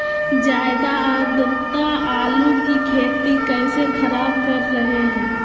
ज्यादा आद्रता आलू की खेती कैसे खराब कर रहे हैं?